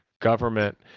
government